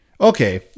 Okay